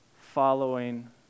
following